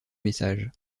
messages